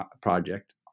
Project